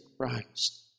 Christ